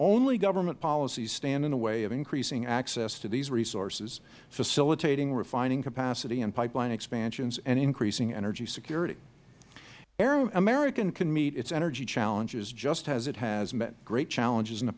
only government policies stand in the way of increasing access to these resources facilitating refining capacity and pipeline expansions and increasing energy security america can meet its energy challenges just as it has met great challenges in the